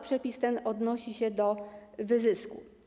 Przepis ten odnosi się do wyzysku.